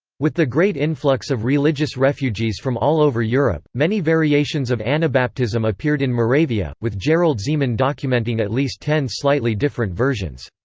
with the great influx of religious refugees from all over europe, many variations of anabaptism appeared in moravia, with jarold zeman documenting at least ten slightly different versions.